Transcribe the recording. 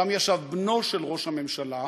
שם ישב בנו של ראש הממשלה,